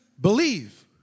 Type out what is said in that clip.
believe